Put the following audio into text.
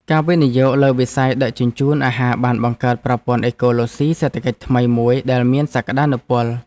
ការវិនិយោគលើវិស័យដឹកជញ្ជូនអាហារបានបង្កើតប្រព័ន្ធអេកូឡូស៊ីសេដ្ឋកិច្ចថ្មីមួយដែលមានសក្តានុពល។